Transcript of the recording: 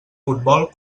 futbol